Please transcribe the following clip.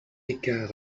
écart